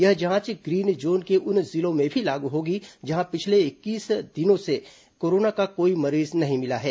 यह जांच green zone के उन जिलों में भी लागू होगी जहां पिछले इक्कीस दिनों से कोरोना का कोई मरीज नहीं मिला है